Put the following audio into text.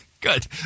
good